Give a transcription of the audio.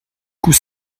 coup